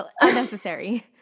unnecessary